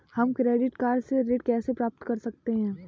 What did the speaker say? हम credit card से ऋण कैसे प्राप्त कर सकते हैं?